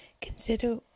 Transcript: Consider